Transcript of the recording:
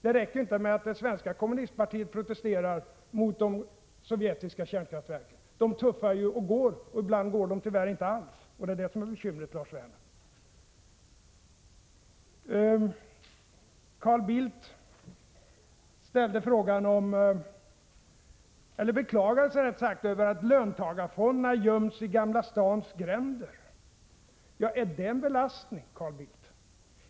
Det räcker ju inte med att det svenska kommunistpartiet protesterar mot de sovjetiska kärnkraftverken. De tuffar ju och går, och ibland går de tyvärr inte alls — det är bekymret, Lars Werner. Carl Bildt beklagade sig över att löntagarfonderna göms i Gamla stans gränder. Är det en belastning?